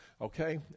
Okay